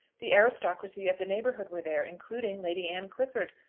the aristocracy of the neighbourhood were there, including lady anne clifford,